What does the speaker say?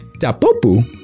Tapopu